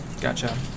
gotcha